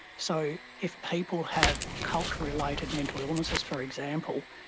so if people have culture related mental illnesses, for example,